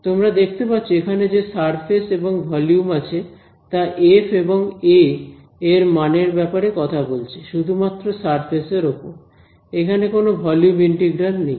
তোমরা দেখতে পাচ্ছ এখানে যে সারফেস এবং ভলিউম আছে তা এফ এবং এ এর মানের ব্যাপারে কথা বলছে শুধুমাত্র সারফেস এর ওপর এখানে কোনো ভলিউম ইন্টিগ্রাল নেই